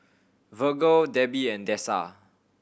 Virgle Debby and Dessa